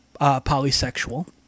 polysexual